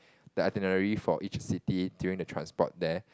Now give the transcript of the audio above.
the itinerary for each city during the transport there